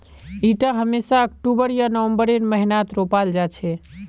इटा हमेशा अक्टूबर या नवंबरेर महीनात रोपाल जा छे